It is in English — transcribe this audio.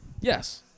Yes